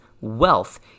wealth